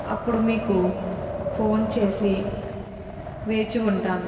అప్పుడు మీకు ఫోన్ చేసి వేచి ఉంటాను